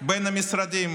בין המשרדים.